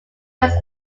first